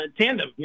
tandem